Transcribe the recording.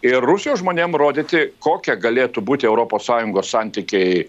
ir rusijos žmonėm rodyti kokie galėtų būti europos sąjungos santykiai